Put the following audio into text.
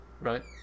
Right